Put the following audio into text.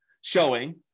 showing